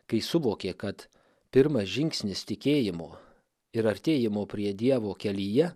kai suvokė kad pirmas žingsnis tikėjimo ir artėjimo prie dievo kelyje